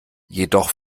jedoch